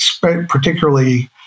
particularly